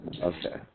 Okay